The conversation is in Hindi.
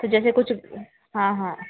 तो जैसे कुछ हाँ हाँ